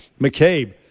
McCabe